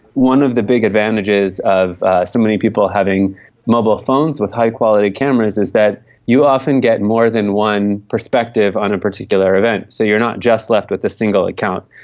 one of the big advantages of so many people having mobile phones with high-quality cameras is that you often get more than one perspective on a particular event. so you are not just left with a single account.